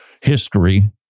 history